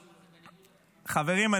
חברים,